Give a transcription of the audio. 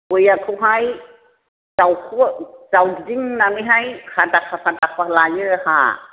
गयआखौहाय जाव जावदिंनानैहाय खादा खादा खाफानानै लायो हा